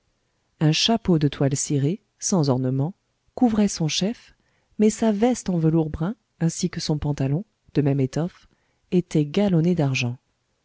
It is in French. un chapeau de toile cirée sans ornement couvrait son chef mais sa veste en velours brun ainsi que son pantalon de même étoffe étaient galonnés d'argent